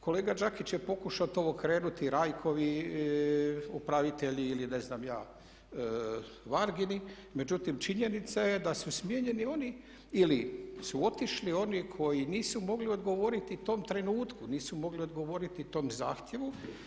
Kolega Đakić je pokušao to okrenuti Rajkovi upravitelji ili ne znam ja Vargini, međutim činjenica je da su smijenjeni oni ili su otišli oni koji nisu mogli odgovoriti tom trenutku, nisu mogli odgovoriti tom zahtjevu.